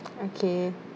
okay